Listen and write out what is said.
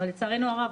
אבל לצערנו הרב,